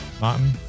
Martin